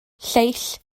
lleill